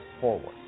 forward